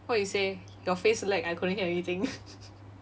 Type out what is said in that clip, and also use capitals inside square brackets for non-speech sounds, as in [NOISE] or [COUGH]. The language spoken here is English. what you say your face lag I couldn't hear anything [LAUGHS]